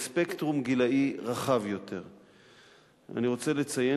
רוב לגילאי חמש עד 15. אני מציין